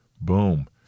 boom